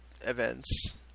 events